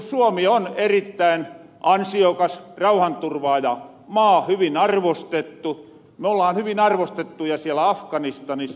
suomi on erittäin ansiokas rauhanturvaajamaa hyvin arvostettu me ollahan hyvin arvostettuja siellä afganistanis